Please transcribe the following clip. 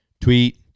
Tweet